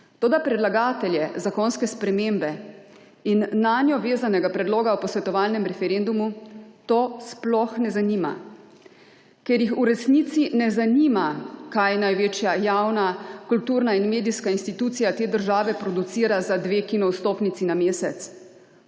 Toda predlagatelje zakonske spremembe in nanjo vezanega predloga o posvetovalnem referendumu to sploh ne zanima. Ker jih v resnici ne zanima, kaj največja javna kulturna in medijska institucija te države producira za dve kino vstopnici na mesec.